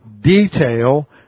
detail